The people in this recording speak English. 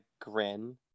grin